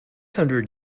hundred